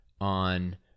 on